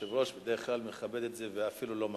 היושב-ראש בדרך כלל מכבד את זה ואפילו לא מעיר.